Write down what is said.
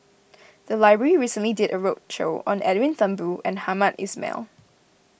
the library recently did a roadshow on Edwin Thumboo and Hamed Ismail